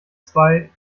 zwei